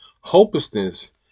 Hopelessness